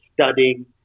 studying